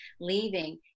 leaving